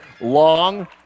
Long